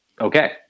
Okay